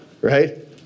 Right